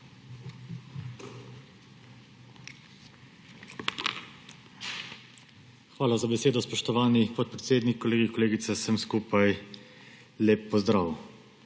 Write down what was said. Hvala za besedo, spoštovani podpredsednik. Kolegice in kolegi, vsem skupaj lep pozdrav!